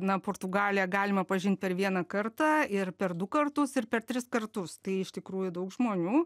na portugaliją galima pažint per vieną kartą ir per du kartus ir per tris kartus tai iš tikrųjų daug žmonių